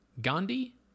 Gandhi